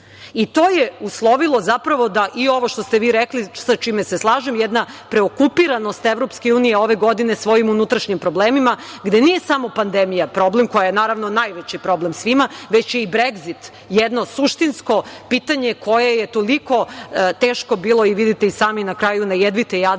i to je uslovilo zapravo da i ovo što ste vi rekli, sa čime se slažem, jedna preokupiranost EU ove godine svojim unutrašnjim problemima, gde nije samo pandemija problem, koja je najveći problem svima, već je i Bregzit jedno suštinsko pitanje koje je toliko teško bilo. Vidite i sami, na kraju na jedvite jade